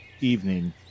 evening